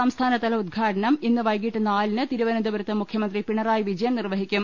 സംസ്ഥാനതല ഉദ്ഘാടനം ഇന്ന് വൈകിട്ട് നാലിന് തിരുവനന്തപുരത്ത് മുഖ്യമന്ത്രി പിണറായി വിജ യൻ നിർവഹിക്കും